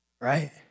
Right